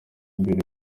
imbere